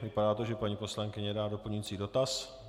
Vypadá to, že paní poslankyně dá doplňující dotaz.